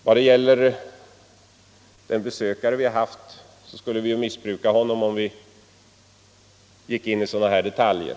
Vad sedan gäller den försäkringsman som vi har haft besök av skulle vi missbruka honom om vi här gick in i detaljer.